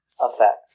effect